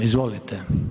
Izvolite.